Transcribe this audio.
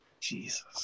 Jesus